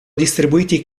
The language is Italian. distribuiti